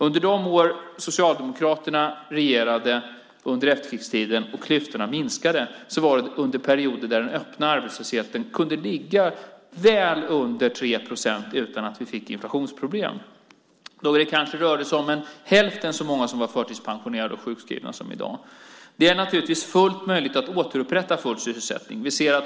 Under de år under efterkrigstiden då Socialdemokraterna regerade och klyftorna minskade skedde det under perioder då den öppna arbetslösheten kunde ligga väl under 3 procent utan att vi fick inflationsproblem. Då rörde det sig kanske om hälften så många som var förtidspensionerade och sjukskrivna som i dag. Det är naturligtvis fullt möjligt att återupprätta full sysselsättning.